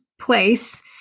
place